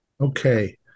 Okay